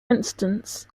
instance